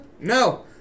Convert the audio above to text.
No